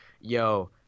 Yo